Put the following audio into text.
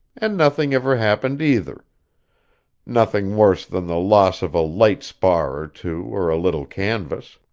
and nothing ever happened either nothing worse than the loss of a light spar or two, or a little canvas.